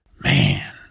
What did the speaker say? man